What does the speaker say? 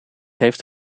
heeft